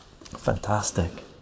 fantastic